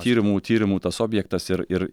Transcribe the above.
tyrimų tyrimų tas objektas ir ir